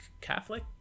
catholic